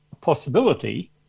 possibility